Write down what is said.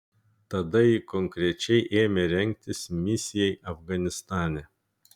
tada ji konkrečiai ėmė rengtis misijai afganistane